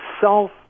self